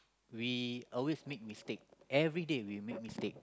we always make mistake everyday we make mistake